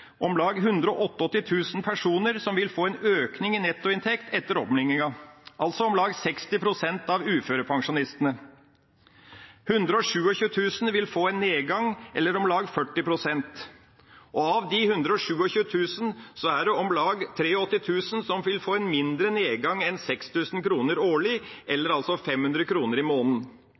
personer som vil få en økning i nettoinntekt etter omlegginga, altså om lagt 60 pst. av uførepensjonistene. 127 000, eller om lag 40 pst., vil få en nedgang. Av de 127 000 er det om lag 83 000 som vil få en mindre nedgang enn 6 000 kr årlig,